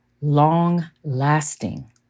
long-lasting